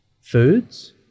foods